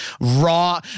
raw